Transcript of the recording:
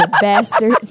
bastard